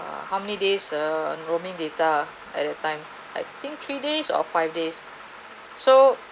uh how many days err roaming data at a time I think three days or five days so